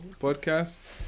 podcast